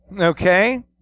Okay